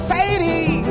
Sadie